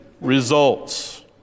results